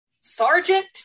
Sergeant